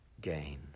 gain